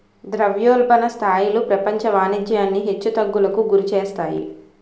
ద్రవ్యోల్బణ స్థాయిలు ప్రపంచ వాణిజ్యాన్ని హెచ్చు తగ్గులకు గురిచేస్తాయి